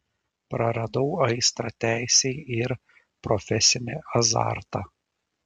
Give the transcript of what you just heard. praradau aistrą teisei ir profesinį azartą